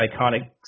iconic